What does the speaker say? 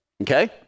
okay